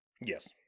Yes